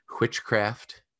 Witchcraft